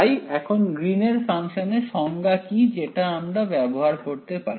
তাই এখন গ্রীন এর ফাংশনের সংজ্ঞা কি যেটা আমরা ব্যবহার করতে পারি